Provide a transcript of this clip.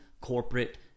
corporate